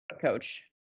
coach